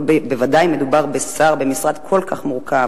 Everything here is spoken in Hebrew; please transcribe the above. ובוודאי כשמדובר בשר במשרד כל כך מורכב,